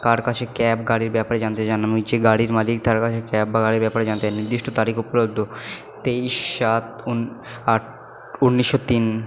কার কাছে ক্যাব গাড়ির ব্যাপারে জানতে চান আমি হচ্ছে গাড়ির মালিক তার কাছে ক্যাব গাড়ির ব্যাপারে জানতে চাই নির্দিষ্ট তারিখে উপলব্ধ তেইশ সাত উনিশশো তিন